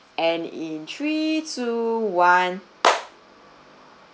and in three two one